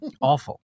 Awful